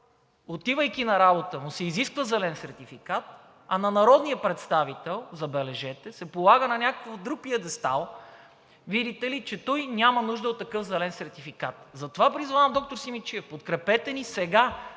отивайки на работа, му се изисква зелен сертификат, а на народния представител, забележете, се полага на някакъв друг пиедестал, видите ли, че той няма нужда от този зелен сертификат. Затова призовавам доктор Симидчиев – подкрепете ни сега,